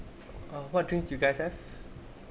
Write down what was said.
uh what drinks you guys have